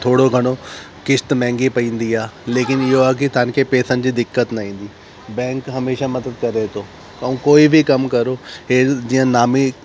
थोरो घणो क़िस्त महांगी पवंदी आहे लेकिन इहो आहे की तव्हांखे पैसनि जी दिक़त न ईंदी बैंक हमेशा मदद करे थो ऐं कोई बि कमु करो हे जीअं नामी